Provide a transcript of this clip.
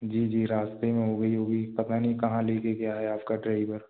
जी जी रास्ते में हो गई होगी पता नहीं कहाँ ले के गया है आपका ड्राइवर